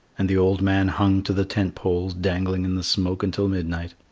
and the old man hung to the tent poles, dangling in the smoke until midnight.